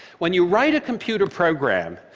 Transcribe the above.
when you write a computer program,